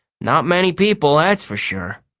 not many people, that's for sure,